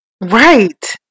Right